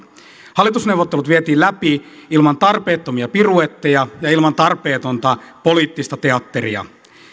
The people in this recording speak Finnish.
hallitusneuvottelut vietiin läpi ilman tarpeettomia piruetteja ja ilman tarpeetonta poliittista teatteria